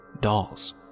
Dolls